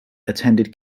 attended